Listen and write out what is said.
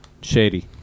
shady